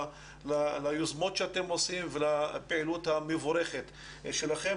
ליוזמות שאתם עושים ולפעילות המבורכת שלכם.